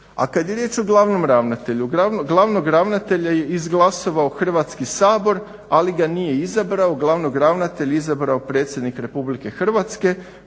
A kada je riječ o glavnom ravnatelju, glavnog ravnatelja je izglasovao Hrvatski sabor, ali ga nije izabrao. Glavnog ravnatelja je izabrao predsjednik Republike Hrvatske